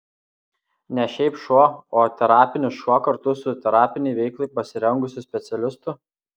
ne šiaip šuo o terapinis šuo kartu su terapinei veiklai pasirengusiu specialistu